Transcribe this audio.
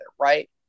right